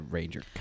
Ranger